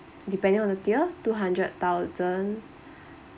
depending on the tier two hundred thousand